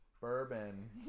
Bourbon